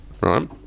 right